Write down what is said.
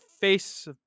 face